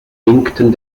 winkten